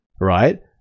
right